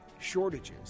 shortages